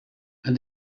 and